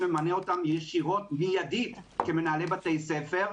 הייתי ממנה אותם ישירות ומידית כמנהלי בתי ספר,